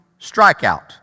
strikeout